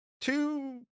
Two